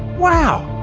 wow!